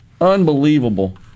Unbelievable